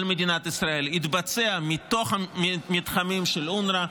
מדינת ישראל התבצע מתוך מתחמים של אונר"א,